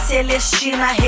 Celestina